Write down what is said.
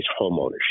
homeownership